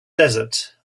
desert